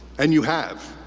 and you have.